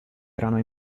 erano